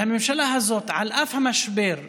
והממשלה הזאת, על אף המשבר,